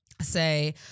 say